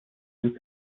who